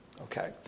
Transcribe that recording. Okay